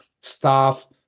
staff